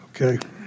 okay